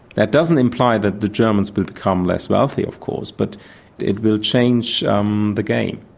that doesn't imply that the germans will become less wealthy, of course, but it will change um the game.